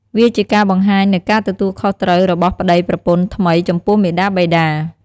វាជាការបង្ហាញនូវការទទួលខុសត្រូវរបស់ប្តីប្រពន្ធថ្មីចំពោះមាតាបិតា។